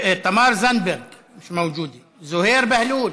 תמר זנדברג, מיש מווג'ודה, זוהיר בהלול,